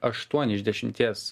aštuoni iš dešimties